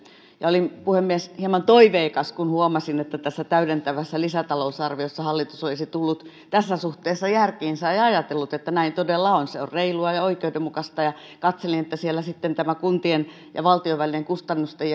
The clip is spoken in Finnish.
olin puhemies hieman toiveikas kun huomasin että tässä täydentävässä lisätalousarviossa hallitus olisi tullut tässä suhteessa järkiinsä ja ajatellut että näin todella on se on reilua ja oikeudenmukaista ja katselin että siellä sitten tässä kuntien ja valtion välisessä kustannusten